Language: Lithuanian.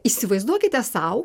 įsivaizduokite sau